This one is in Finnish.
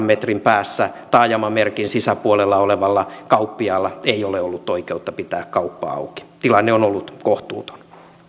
metrin päässä taajamamerkin sisäpuolella olevalla kauppiaalla ei ole ollut oikeutta pitää kauppaa auki tilanne on ollut kohtuuton